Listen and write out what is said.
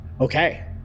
Okay